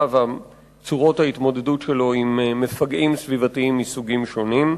וצורות ההתמודדות שלו עם מפגעים סביבתיים מסוגים שונים.